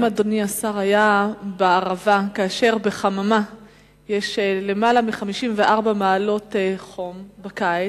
האם אדוני השר היה בערבה כאשר בחממה יש למעלה מ-54 מעלות חום בקיץ?